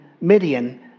Midian